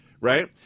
right